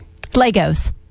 Legos